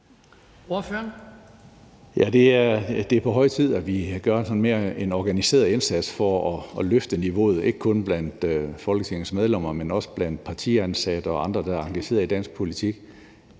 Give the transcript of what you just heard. det er på høje tid, at vi gør en mere organiseret indsats for at løfte niveauet, ikke kun blandt Folketingets medlemmer, men også blandt partiansatte og andre, der er engageret i dansk politik.